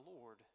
Lord